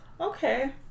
Okay